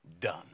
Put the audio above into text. done